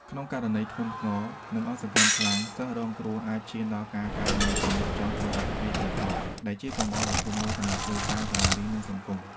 ក្នុងករណីធ្ងន់ធ្ងរ និងអស់សង្ឃឹមខ្លាំង សិស្សរងគ្រោះអាចឈានដល់ការកើតមាន គំនិតចង់ធ្វើអត្តឃាត ទៀតផង ដែលជាកង្វល់ដ៏ធំមួយសម្រាប់គ្រួសារ សាលារៀន និងសង្គម។